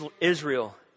Israel